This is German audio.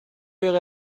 wäre